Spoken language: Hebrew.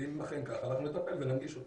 ואם זה אכן ככה, אנחנו נטפל וננגיש אותם.